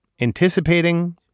anticipating